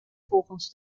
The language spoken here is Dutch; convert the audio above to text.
volgens